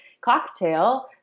cocktail